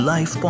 Life